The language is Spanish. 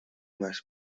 más